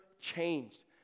changed